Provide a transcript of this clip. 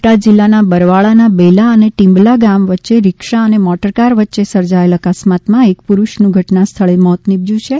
બોટાદ જિલ્લાના બરવાળાના બેલા અને ટીંબલા ગામ વચ્ચે રીક્ષા અને મોટરકાર વચ્ચે સર્જાયેલ અકસ્માતમાં એક પુરુષનું ઘટના સ્થળે મોત નીપશ્યું હતું